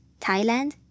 Thailand